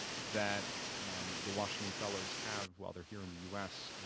that the washington fellows have while they're here in the u s.